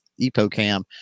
EPOCAM